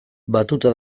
batuta